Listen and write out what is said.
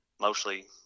mostly